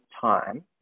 time